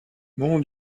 mon